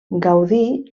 gaudí